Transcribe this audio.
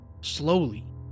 slowly